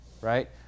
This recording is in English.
right